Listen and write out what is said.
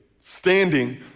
Standing